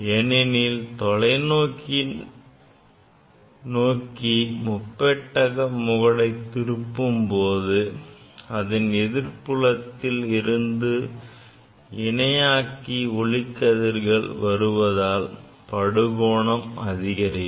ஏனெனில் தொலைநோக்கியை நோக்கி முப்பட்டக முகடை திரும்பும்போது அதன் எதிர்ப்புறத்தில் இருந்து இணையாக்கி ஒளிக்கதிர்கள் வருவதால் படுகோணம் அதிகரிக்கும்